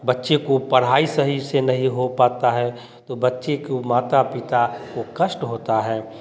बच्चों को पढ़ाई सही से नहीं हो पता है तो बच्चे को माता पिता को कष्ट होता है